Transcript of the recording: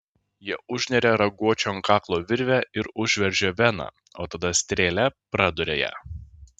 jie užneria raguočiui ant kaklo virvę ir užveržia veną o tada strėle praduria ją